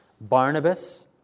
Barnabas